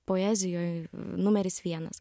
poezijoj numeris vienas